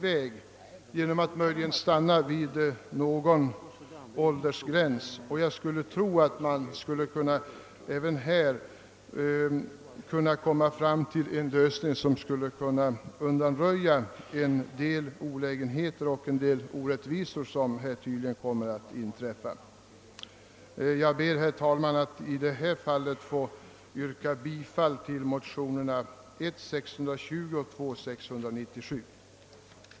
Det förefaller mig ändå som om man skulle kunna finna en framkomlig väg genom att fixera en åldersgräns. Jag ber, herr talman, att få yrka bifall till motionerna I: 620 och II: 697.